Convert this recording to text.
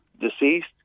deceased